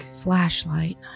flashlight